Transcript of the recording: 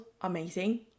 amazing